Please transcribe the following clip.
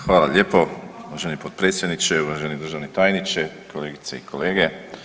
Hvala lijepo uvaženi potpredsjedniče, uvaženi državni tajniče, kolegice i kolege.